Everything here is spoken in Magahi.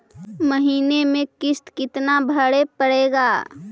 महीने में किस्त कितना भरें पड़ेगा?